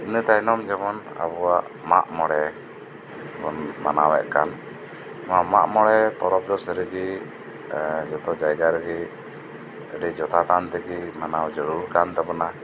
ᱤᱱᱟᱹ ᱛᱟᱭᱱᱚᱢ ᱡᱮᱢᱚᱱ ᱟᱵᱩᱣᱟᱜ ᱢᱟᱜᱽ ᱢᱚᱬᱮ ᱵᱩᱱ ᱢᱟᱱᱟᱣᱮᱫ ᱠᱟᱱ ᱱᱚᱣᱟ ᱢᱟᱜᱽ ᱢᱚᱬᱮ ᱯᱚᱨᱚᱵᱽ ᱫᱚ ᱥᱟᱹᱨᱤᱜᱤ ᱡᱚᱛᱚ ᱡᱟᱭᱜᱟ ᱨᱮᱜᱤ ᱟᱹᱰᱤ ᱡᱚᱛᱷᱟᱛ ᱟᱱ ᱛᱮᱜᱤ ᱢᱟᱱᱟᱣ ᱡᱟᱹᱨᱩᱲ ᱠᱟᱱ ᱛᱟᱵᱩᱱᱟ